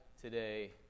today